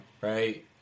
right